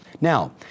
Now